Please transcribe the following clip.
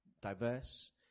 diverse